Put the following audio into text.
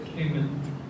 Amen